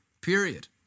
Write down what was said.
period